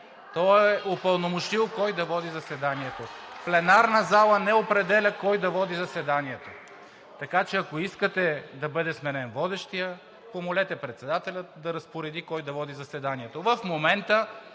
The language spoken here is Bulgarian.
(ръкопляскания от „БСП за България“), пленарната зала не определя кой да води заседанието. Така че, ако искате да бъде сменен водещият, помолете председателят да разпореди кой да води заседанието.